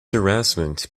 harassment